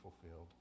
fulfilled